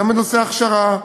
גם בנושא ההכשרה.